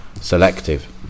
selective